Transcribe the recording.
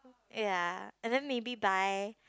ya and then maybe buy